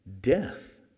death